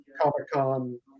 Comic-Con